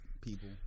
people